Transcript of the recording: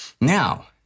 Now